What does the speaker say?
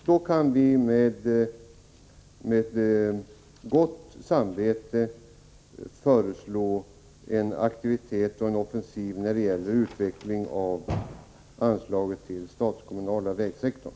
Därför kan vi nu med gott samvete föreslå en aktivitet och en offensiv när det gäller utveckling av anslaget till den statskommunala vägsektorn.